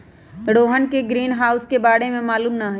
रोहन के ग्रीनहाउस के बारे में मालूम न हई